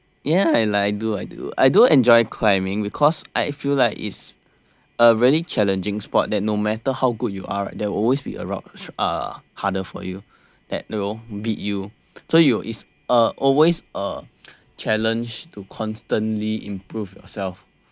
ya like I do I do I do enjoy climbing because I feel like it's a really challenging sport that no matter how good you are right there will always be a rocks uh harder for you so it's a err always a challenge to constantly improve yourself